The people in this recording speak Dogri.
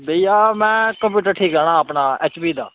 भेइया मैं कंप्यूटर ठीक कराना अपना ऐच पी दा